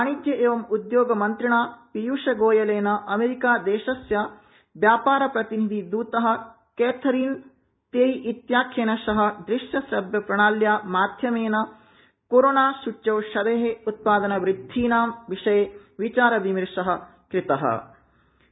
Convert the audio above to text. वाणिज्य एवं उदयोगमंत्रिणा पीयूष गोयलेन अमेरिकादेशस्य व्यापारप्रतिनिधिदत कैथरीन तेई इत्याख्येन सह दृश्यश्रव्यप्रणाल्या माध्यमेन कोरोना सूच्यौषधे उत्पादनवद्धीनां विषये विचार विमर्श प्राचलत्